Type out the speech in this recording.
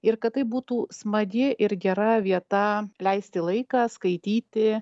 ir kad tai būtų smagi ir gera vieta leisti laiką skaityti